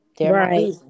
Right